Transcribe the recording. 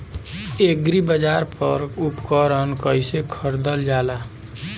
एग्रीबाजार पर उपकरण कइसे खरीदल जाला?